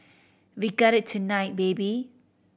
we got it tonight baby